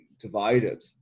divided